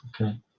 okay